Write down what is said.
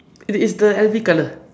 it is the L_V colour